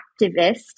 activist